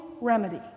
remedy